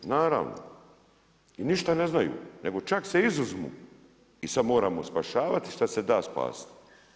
Naravno, i ništa ne znaju, nego čak se izuzmu i sad moramo spašavati šta se da spasiti.